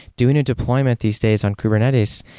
doing a deployment these days on kubernetes,